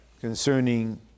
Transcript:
concerning